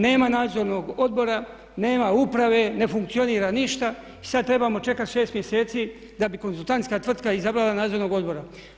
Nema nadzornog odbora, nema uprave, ne funkcionira ništa i sad trebamo čekati 6 mjeseci da bi konzultantska tvrtka izabrala nadzornog odbora.